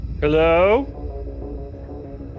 Hello